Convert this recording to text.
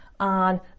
on